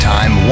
Time